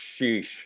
Sheesh